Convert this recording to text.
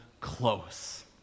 close